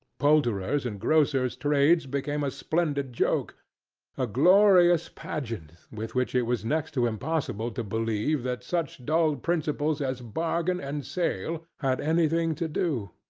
poulterers' and grocers' trades became a splendid joke a glorious pageant, with which it was next to impossible to believe that such dull principles as bargain and sale had anything to do.